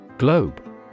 Globe